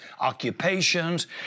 occupations